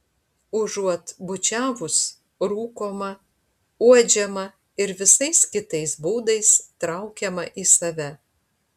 užuot bučiavus rūkoma uodžiama ir visais kitais būdais traukiama į save